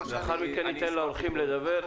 לאחר מכן ניתן לאורחים לדבר,